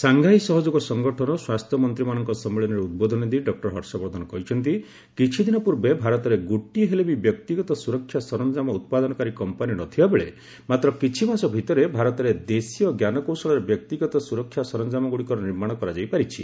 Shanghai ସହଯୋଗ ସଂଗଠନ ସ୍ୱାସ୍ଥ୍ୟ ମନ୍ତ୍ରୀମାନଙ୍କ ସମ୍ମିଳନୀରେ ଉଦ୍ବୋଧନ ଦେଇ ଡକ୍ଟର ହର୍ଷବର୍ଦ୍ଧନ କହିଛନ୍ତି କିଛି ଦିନ ପୂର୍ବେ ଭାରତରେ ଗୋଟିଏ ହେଲେ ବି ବ୍ୟକ୍ତିଗତ ସୁରକ୍ଷା ସରଞ୍ଜାମ ଉତ୍ପାଦନକାରୀ କମ୍ପାନୀ ନ ଥିବା ବେଳେ ମାତ୍ର କିଛି ମାସ ଭିତରେ ଭାରତରେ ଦେଶୀୟ ଜ୍ଞାନକୌଶଳରେ ବ୍ୟକ୍ତିଗତ ସୁରକ୍ଷା ସରଞ୍ଜାମଗୁଡ଼ିକର ନିର୍ମାଣ କରାଯାଇ ପାରିଛି